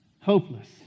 Hopeless